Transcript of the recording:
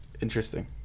Interesting